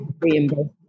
reimbursement